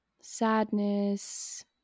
sadness